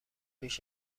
پیش